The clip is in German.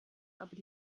aber